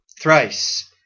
thrice